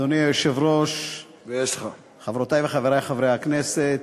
אדוני היושב-ראש, חברותי וחברי חברי הכנסת,